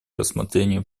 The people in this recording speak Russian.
рассмотрению